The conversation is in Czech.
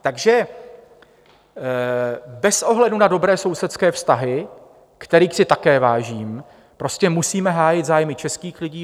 Takže bez ohledu na dobré sousedské vztahy, kterých si také vážím, prostě musíme hájit zájmy českých lidí.